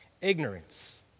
ignorance